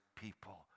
people